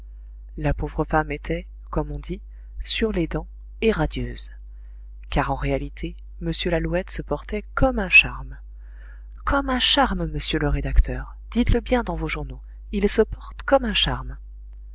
la pauvre femme était comme on dit sur les dents et radieuse car en réalité m lalouette se portait comme un charme comme un charme monsieur le rédacteur dites-le bien dans vos journaux il se porte comme un charme